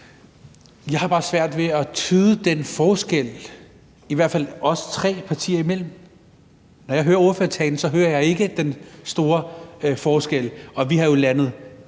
Jeg har bare svært ved at tyde den forskel, i hvert fald vores tre partier imellem. Når jeg hører ordførertalen, hører jeg ikke den store forskel, og i Folketinget